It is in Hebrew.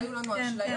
שלא יהיו לנו אשליות.